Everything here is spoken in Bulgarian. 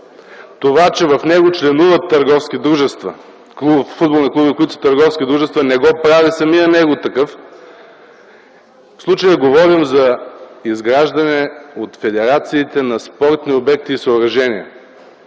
Това, че в него членуват футболни клубове, които са търговски дружества, не го прави самия него такъв. В случая говорим за изграждане от федерациите на спортни обекти и съоръжения.